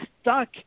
stuck